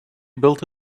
built